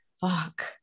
fuck